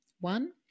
One